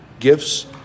gifts